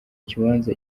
kibanza